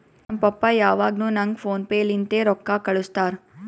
ನಮ್ ಪಪ್ಪಾ ಯಾವಾಗ್ನು ನಂಗ್ ಫೋನ್ ಪೇ ಲಿಂತೆ ರೊಕ್ಕಾ ಕಳ್ಸುತ್ತಾರ್